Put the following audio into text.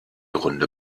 runde